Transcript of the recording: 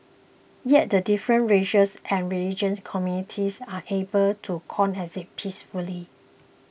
yet the different racial and religious communities are able to coexist peacefully